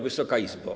Wysoka Izbo!